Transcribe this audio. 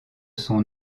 son